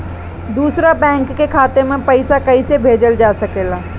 दूसरे बैंक के खाता में पइसा कइसे भेजल जा सके ला?